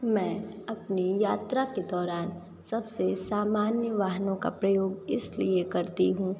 मैं अपनी यात्रा के दौरान सबसे सामान्य वाहनों का प्रयोग इसलिए करती हूँ